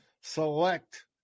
select